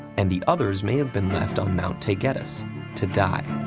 and the others may have been left on mount taygetus to die.